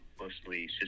mostly